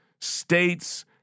states